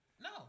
No